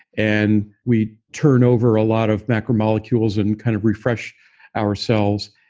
and we turn over a lot of macromolecules and kind of refresh ourselves.